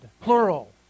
plural